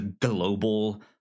global